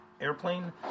airplane